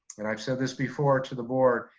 and i've said this before to the board,